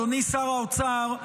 אדוני שר האוצר,